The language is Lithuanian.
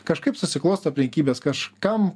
kažkaip susiklosto aplinkybės kažkam